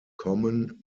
common